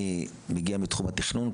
אני מגיע מתחום התכנון.